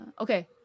Okay